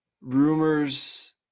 rumors